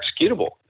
executable